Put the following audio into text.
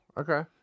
okay